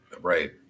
Right